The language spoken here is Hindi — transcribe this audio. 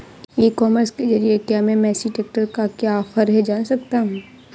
ई कॉमर्स के ज़रिए क्या मैं मेसी ट्रैक्टर का क्या ऑफर है जान सकता हूँ?